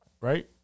right